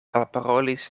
elparolis